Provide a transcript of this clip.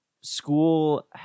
school